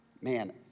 Man